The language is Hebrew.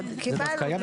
קיבלנו.